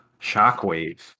shockwave